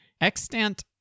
extant